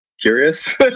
curious